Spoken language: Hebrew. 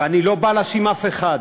ואני לא בא להאשים אף אחד.